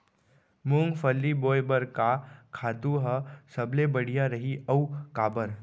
मूंगफली बोए बर का खातू ह सबले बढ़िया रही, अऊ काबर?